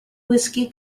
whisky